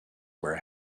where